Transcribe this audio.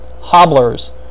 hobblers